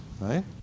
Right